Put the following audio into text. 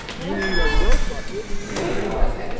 you need a growth bucket, and you need a dream bucket.